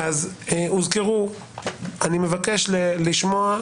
אני מבקש לשמוע.